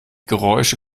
geräusche